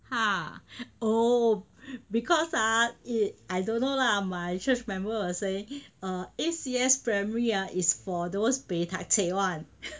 oh because ah I don't know lah my church member will say err A_C_S primary ah is for those buay tak chek [one]